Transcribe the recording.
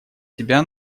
себя